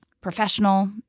professional